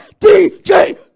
DJ